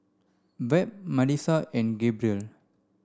Webb Malissa and Gabriel